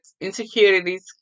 Insecurities